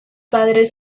padres